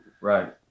right